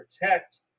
protect